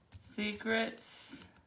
secrets